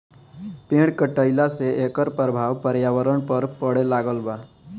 पेड़ कटईला से एकर प्रभाव पर्यावरण पर पड़े लागल बा